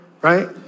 right